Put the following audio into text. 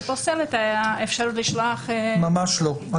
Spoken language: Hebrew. זה פוסל את האפשרות לשלוח --- ממש לא.